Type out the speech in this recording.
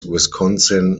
wisconsin